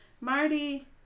Marty